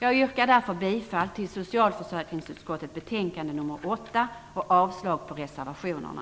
Jag yrkar därför bifall till hemställan i socialförsäkringsutskottets betänkande nr 8 och avslag på reservationerna.